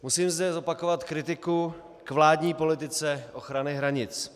Musím zde zopakovat kritiku k vládní politice ochraně hranic.